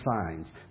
signs